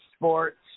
sports